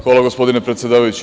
Hvala gospodine predsedavajući.